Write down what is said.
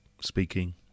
speaking